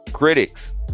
Critics